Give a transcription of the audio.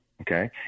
okay